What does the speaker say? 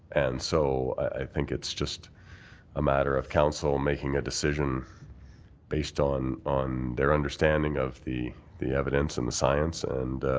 and so i think it's just a matter of council making a decision based on on their understanding of the the evidence and the science, and